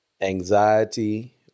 Anxiety